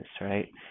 right